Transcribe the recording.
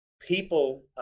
people